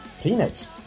peanuts